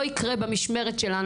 לא יקרה במשמרת שלנו.